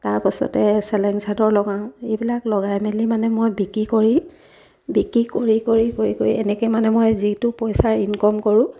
তাৰপাছতে চেলেং চাদৰ লগাওঁ এইবিলাক লগাই মেলি মানে মই বিক্ৰী কৰি বিক্ৰী কৰি কৰি কৰি কৰি এনেকৈ মানে মই যিটো পইচাৰ ইনকম কৰোঁ